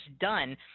done